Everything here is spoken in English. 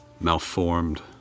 Malformed